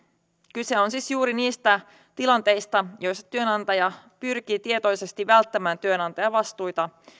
kyse on siis juuri niistä tilanteista joissa työnantaja pyrkii tietoisesti välttämään työnantajavastuita